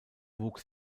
wuchs